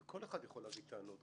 כל אחד יכול להביא טענות.